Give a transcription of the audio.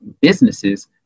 businesses